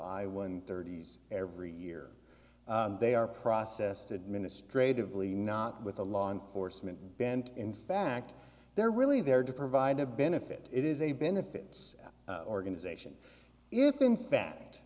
i one thirty's every year they are processed administratively not with a law enforcement bent in fact they're really there to provide a benefit it is a benefits organization if in fa